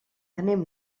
anem